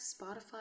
Spotify